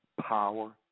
power